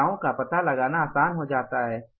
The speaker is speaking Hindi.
विभिन्नताओं का पता लगाना आसान हो जाता है